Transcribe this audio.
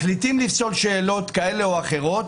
מחליטים לפסול שאלות כאלה ואחרות,